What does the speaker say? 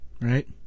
right